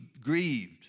grieved